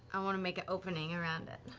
make an opening around it.